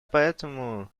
поэтому